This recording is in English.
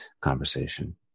conversation